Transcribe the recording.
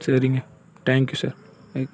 சரிங்க thank you sir thank you